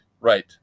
Right